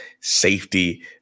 safety